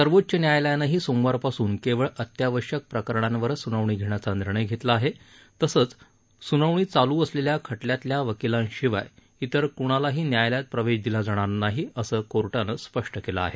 सर्वोच्च न्यायालयानेही सोमवारपासून केवळ अत्यावश्यक प्रकरणांवरच स्नावणी घेण्याचा निर्णय घेतला आहे तसंच सुनावणी चालू असलेल्या खटल्यातल्या वकिलांशिवाय इतर क्णाला न्यायालयात प्रवेशही दिला जाणार नसल्याचं कोर्टानं स्पष्ट केलं आहे